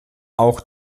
auch